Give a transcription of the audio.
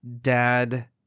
dad